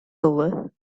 over